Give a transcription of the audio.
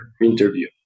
interview